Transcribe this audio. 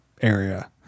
area